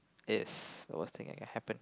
is the worst thing that can happen